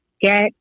get